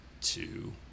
two